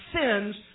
sins